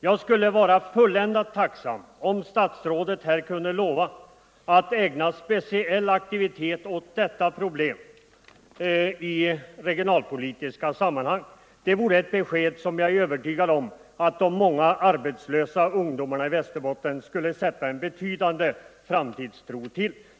Jag skulle vara fulländat tacksam om statsrådet kunde lova att ägna speciell uppmärksamhet åt detta problem i regionalpolitiska sammanhang. Det vore ett besked som jag är övertygad om att de många arbetslösa ungdomarna i Västerbotten skulle sätta en betydande framtidstro till.